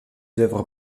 œuvres